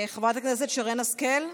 חברת הכנסת שרן השכל.